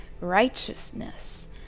righteousness